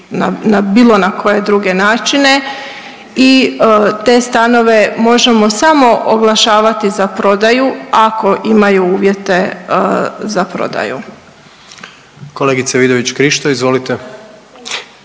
na bilo koje druge načine i te stanove možemo samo oglašavati za prodaju ako imaju uvjete za prodaju. **Jandroković, Gordan